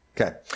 Okay